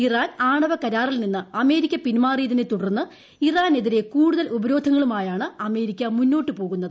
Iran ആണവകരാറിൽ നിന്ന് America പിൻമാറിയതിനെ തുടർന്ന് ഇറാനെതിരെ കൂടുതൽ ഉപരോധങ്ങളുമ്പായാണ് അമേരിക്ക മുന്നോട്ട് പോകുന്നത്